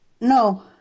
No